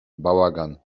bałagan